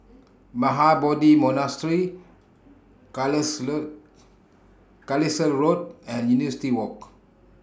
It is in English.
Mahabodhi Monastery Carlisle Road and University Walk